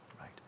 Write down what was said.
right